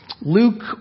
Luke